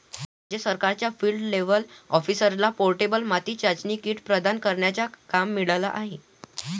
राज्य सरकारच्या field level ऑफिसरला पोर्टेबल माती चाचणी किट प्रदान करण्याचा काम मिळाला आहे